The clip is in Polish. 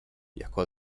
jako